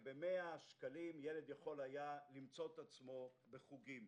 וב-100 שקלים ילד היה יכול למצוא את עצמו בחוגים.